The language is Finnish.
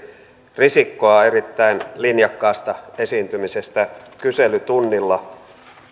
risikkoa erittäin linjakkaasta esiintymisestä kyselytunnilla